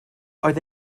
oedd